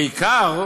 בעיקר